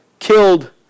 killed